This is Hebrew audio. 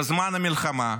בזמן המלחמה,